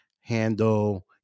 handle